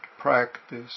practice